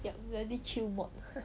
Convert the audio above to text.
yup very chill mod